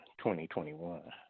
2021